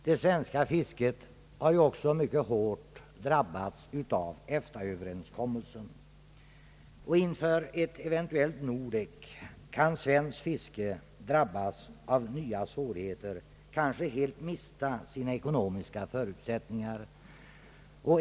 Det svenska fisket har också mycket hårt drabbats av EFTA-överenskommelsen. Inför ett eventuellt Nordek kan svenskt fiske drabbas av nya svårigheter, kanske helt mista sina ekonomiska förutsättningar.